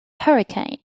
hurricane